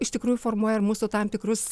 iš tikrųjų formuoja ir mūsų tam tikrus